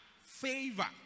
favor